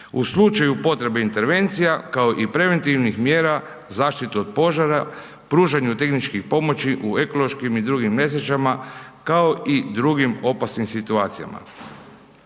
u slučaju potrebe intervencija kao i preventivnih mjera zaštite od požara, pružanju tehničkih pomoći u ekološkim i drugim nesrećama kao i drugim opasnim situacijama.